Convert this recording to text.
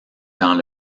dans